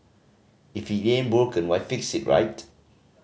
if it ain't broken why fix it right